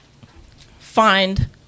find